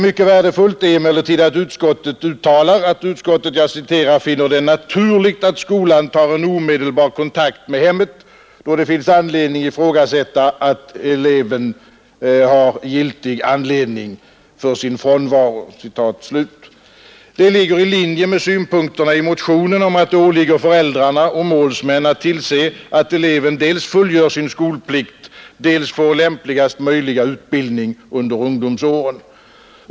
Mycket värdefullt är emellertid att utskottet uttalar att utskottet ”finner det naturligt att skolan tar en omedelbar kontakt med hemmet då det finnes anledning ifrågasätta att eleven har giltig anledning för sin frånvaro”. Det ligger i linje med synpunkterna i motionen om att det åligger föräldrar och målsmän att tillse att eleven dels fullgör sin skolplikt, dels får lämpligaste möjliga utbildning under ungdomsåren.